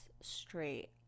straight